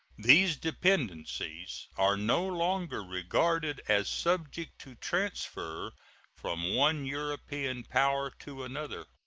these dependencies are no longer regarded as subject to transfer from one european power to another.